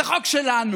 זה חוק שלנו.